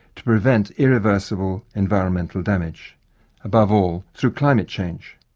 to prevent irreversible environmental damage above all through climate change.